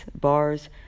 bars